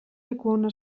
lekuona